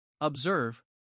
Observe